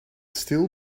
still